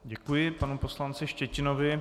Děkuji panu poslanci Štětinovi.